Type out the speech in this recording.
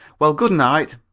well, good night,